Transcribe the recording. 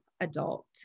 adult